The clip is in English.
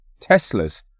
Teslas